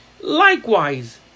Likewise